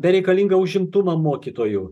bereikalingą užimtumą mokytojų